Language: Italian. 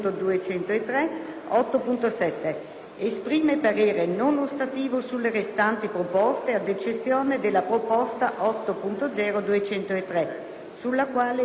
Esprime parere non ostativo sulla restanti proposte, ad eccezione della proposta 8.0.203, sulla quale il parere è condizionato, ai sensi dell'articolo